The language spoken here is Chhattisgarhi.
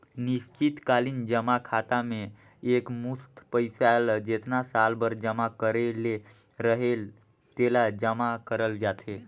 निस्चित कालीन जमा खाता में एकमुस्त पइसा ल जेतना साल बर जमा करे ले रहेल तेला जमा करल जाथे